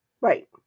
right